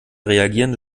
reagierende